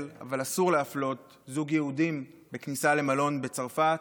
אבל אסור להפנות זוג יהודים בכניסה למלון בצרפת,